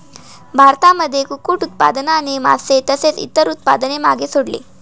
भारतामध्ये कुक्कुट उत्पादनाने मास तसेच इतर उत्पादन मागे सोडले